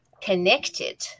connected